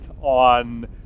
on